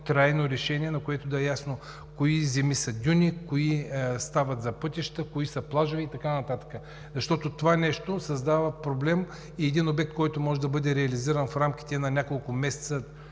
трайно решение и да е ясно кои земи са дюни, кои стават за пътища, кои за плажове и така нататък. Това нещо създава проблем и един обект, който може да бъде реализиран в рамките на няколко месеца